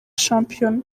shampiyona